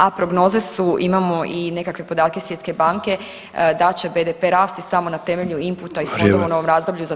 A prognoze su, imamo i nekakve podatke svjetske banke da će BDP rasti samo na temelju inputa iz fondova u novom razdoblju za 3%